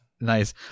nice